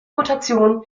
mutation